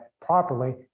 properly